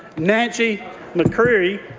nancy maccready-williams,